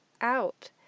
out